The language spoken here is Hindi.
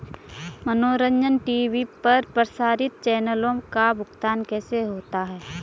मनोरंजन टी.वी पर प्रसारित चैनलों का भुगतान कैसे होता है?